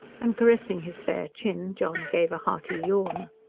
and caressing his bare chin john gave a hearty yawn.